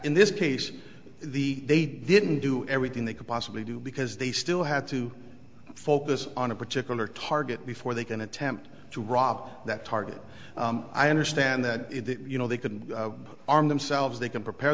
in this case the they didn't do everything they could possibly do because they still had to focus on a particular target before they can attempt to rob that target i understand that you know they can arm themselves they can prepare